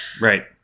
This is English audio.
Right